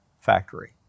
factory